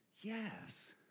Yes